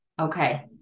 okay